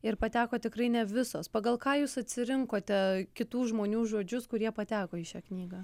ir pateko tikrai ne visos pagal ką jūs atsirinkote kitų žmonių žodžius kurie pateko į šią knygą